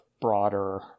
broader